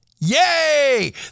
Yay